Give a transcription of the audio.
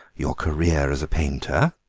your career as painter?